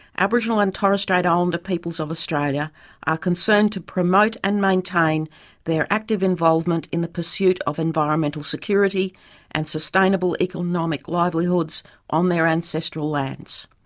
aboriginal and torres strait islander peoples of australia are concerned to promote and maintain their active involvement in the pursuit of environmental security and sustainable economic livelihoods on their ancestral lands.